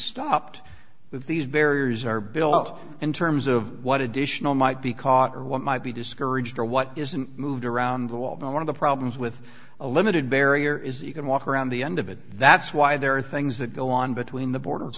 stopped with these barriers are built up in terms of what additional might be caught or what might be discouraged or what isn't moved around the wall but one of the problems with the limited barrier is that you can walk around the end of it that's why there are things that go on between the borders